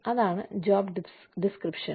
അതാണ് job description